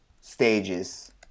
stages